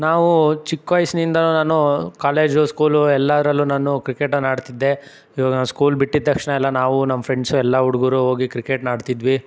ನಾವು ಚಿಕ್ಕ ವಯಸ್ಸಿನಿಂದನು ನಾನು ಕಾಲೇಜು ಸ್ಕೂಲು ಎಲ್ಲಾದ್ರಲ್ಲೂ ನಾನು ಕ್ರಿಕೇಟನ್ನ ಆಡುತ್ತಿದ್ದೆ ಇವಾಗ ನಾನು ಸ್ಕೂಲ್ ಬಿಟ್ಟಿದ ತಕ್ಷಣ ನಾವು ನಮ್ಮ ಫ್ರೆಂಡ್ಸು ಎಲ್ಲ ಹುಡುಗರು ಹೋಗಿ ಕ್ರಿಕೆಟನ್ನ ಆಡ್ತಿದ್ವಿ